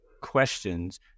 questions